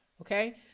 Okay